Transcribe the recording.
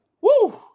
Woo